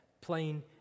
plain